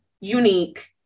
unique